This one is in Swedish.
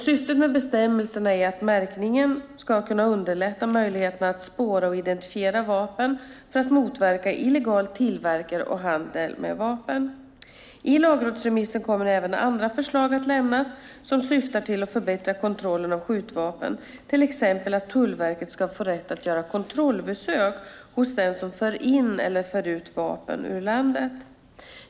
Syftet med bestämmelserna om märkningen är att den ska underlätta möjligheten att spåra och identifiera vapen för att motverka illegal tillverkning och handel med vapen. I lagrådsremissen kommer även andra förslag att lämnas som syftar till att förbättra kontrollen av skjutvapen, till exempel att Tullverket ska få rätt att göra kontrollbesök hos den som för in eller för ut vapen ur landet.